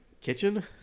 Kitchen